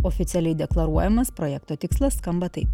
oficialiai deklaruojamas projekto tikslas skamba taip